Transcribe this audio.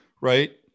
right